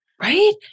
Right